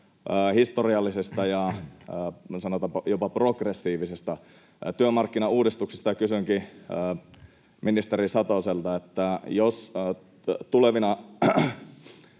historiallisesta ja, sanotaan, jopa progressiivisesta työmarkkinauudistuksesta. Kysynkin ministeri Satoselta: jos tulevina